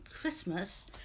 Christmas